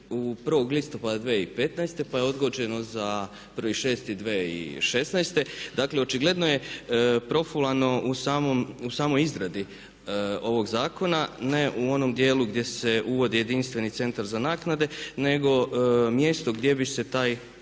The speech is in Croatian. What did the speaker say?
1. listopada 2015., pa je odgođeno za 1.6.2016. Dakle očigledno je profulano u samoj izradi ovog zakona, ne u onom dijelu gdje se uvodi jedinstveni centar za naknade nego mjesto gdje bi se taj